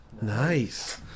Nice